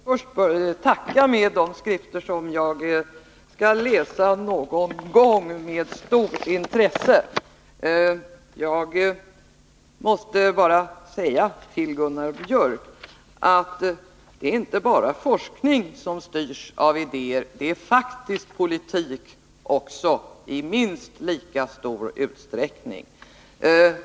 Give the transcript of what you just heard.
Herr talman! Jag ber först att få tacka för dessa skrifter, som jag någon gång skall läsa med stort intresse. Jag måste säga till Gunnar Biörck i Värmdö att det inte bara är forskning som styrs av idéer. Det gäller faktiskt politik också i minst lika stor utsträckning.